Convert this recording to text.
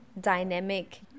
dynamic